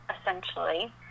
essentially